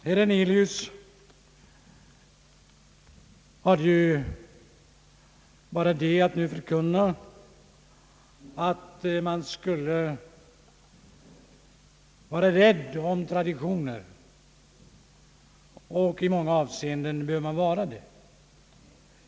Herr Hernelius hade ju bara det att förklara, att man skall vara rädd om traditioner. I många avseenden bör man också vara det.